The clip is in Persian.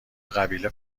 قبیله